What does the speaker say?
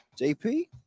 JP